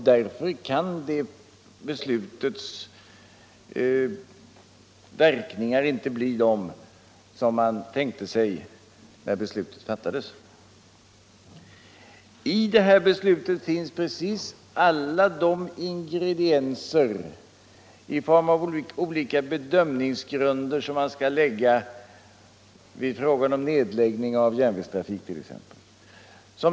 Därför kan det beslutets verkningar inte bli dem man tänkte sig när beslutet fattades. I detta beslut finns precis alla de ingredienser i form av olika bedömningsgrunder som nu anses nödvändiga när det gäller nedläggning av järnvägstrafik.